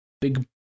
big